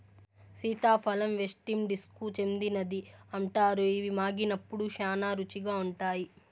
సీతాఫలం వెస్టిండీస్కు చెందినదని అంటారు, ఇవి మాగినప్పుడు శ్యానా రుచిగా ఉంటాయి